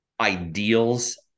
ideals